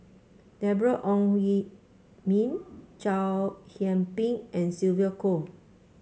Deborah Ong Yi Min Chow Yian Ping and Sylvia Kho